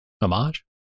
Homage